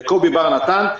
לקובי בר נתן.